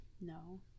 No